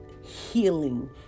healing